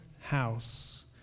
house